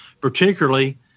particularly